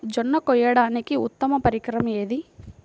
జొన్న కోయడానికి ఉత్తమ పరికరం ఏది?